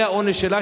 והעונש שלה,